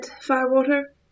Firewater